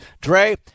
Dre